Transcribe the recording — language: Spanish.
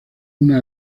una